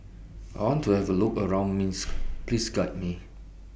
I want to Have A Look around Minsk Please Guide Me